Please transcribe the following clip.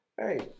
Hey